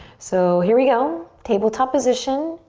so here we go. tabletop position.